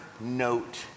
note